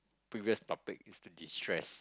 previous topic is to destress